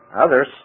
Others